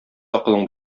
акылың